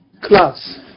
class